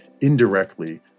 indirectly